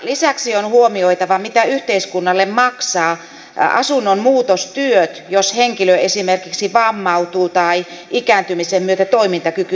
lisäksi on huomioitava mitä yhteiskunnalle maksavat asunnon muutostyöt jos henkilö esimerkiksi vammautuu tai ikääntymisen myötä toimintakyky heikkenee